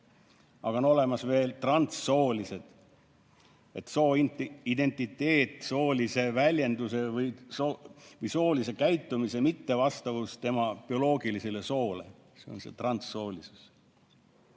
aga on olemas veel transsoolised. Kui sooidentiteet, sooline väljendus või sooline käitumine on mittevastavuses inimese bioloogilise sooga, siis on see transsoolisus.